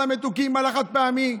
על המתוקים ועל החד-פעמי,